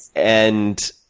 and,